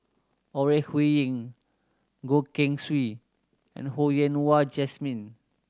Ore Huiying Goh Keng Swee and Ho Yen Wah Jesmine